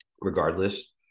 regardless